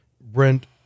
Brent